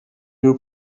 you